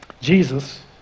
Jesus